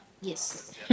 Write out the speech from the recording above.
yes